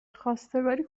خواستگاری